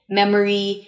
memory